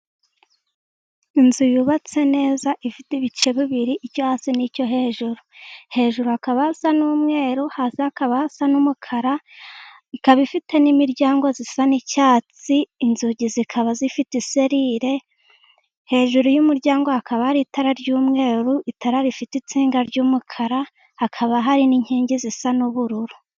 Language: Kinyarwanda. Inzu yubatse neza ifite ibice bibiri, icyo hasi n'icyo hejuru. Hejuru hakaba hasa n'umweru, hasi hakaba hasa n'umukara, ikaba ifite n'imiryango isa n'icyatsi, inzugi zikaba zifite selire, hejuru y'umuryango hakaba hari itara ry'umweru, itara rifite insinga z'umukara, hakaba hari n'inkingi zisa n'ubururu.